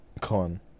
Con